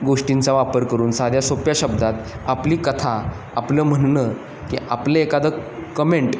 गोष्टींचा वापर करून साध्या सोप्या शब्दात आपली कथा आपलं म्हणणं की आपलं एखादं कमेंट